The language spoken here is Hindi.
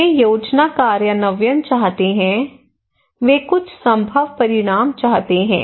वे योजना कार्यान्वयन चाहते हैं वे कुछ संभव परिणाम चाहते हैं